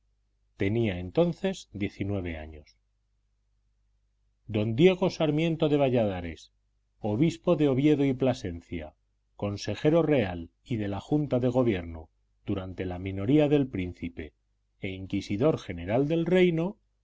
tenía entonces diecinueve años don diego sarmiento de valladares obispo de oviedo y plasencia consejero real y de la junta de gobierno durante la minoría del príncipe e inquisidor general del reino